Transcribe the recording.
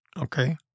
Okay